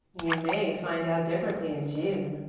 you may find out differently in june,